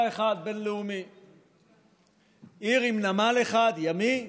בין-לאומי אחד, עיר עם נמל אחד ימי,